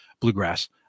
bluegrass